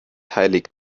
heiligt